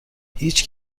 هیچ